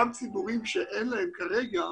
גם ציבורים שכרגע